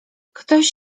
ktoś